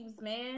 man